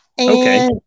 Okay